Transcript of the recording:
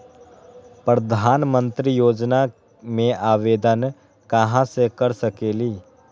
प्रधानमंत्री योजना में आवेदन कहा से कर सकेली?